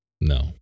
no